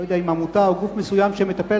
לא יודע אם עמותה או גוף מסוים שמטפל